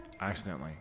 Accidentally